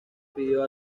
pidió